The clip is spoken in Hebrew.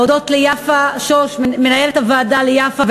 להודות למנהלת הוועדה יפה,